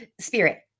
Spirit